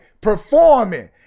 performing